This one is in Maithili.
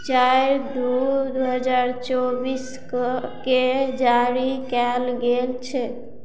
चारि दू दू हजार चौबीसकेँ जारी कयल गेल छै